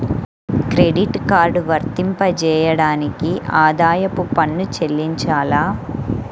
Credit card వర్తింపజేయడానికి ఆదాయపు పన్ను చెల్లించాలా?